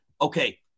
okay